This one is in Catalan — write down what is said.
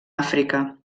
àfrica